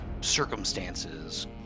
circumstances